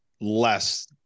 less